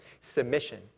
Submission